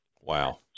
Wow